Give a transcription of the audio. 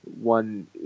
one